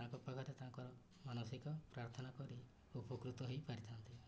ତାଙ୍କ ପାଖରେ ତାଙ୍କର ମାନସିକ ପ୍ରାର୍ଥନା କରି ଉପକୃତ ହେଇପାରିଥାନ୍ତି